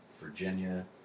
Virginia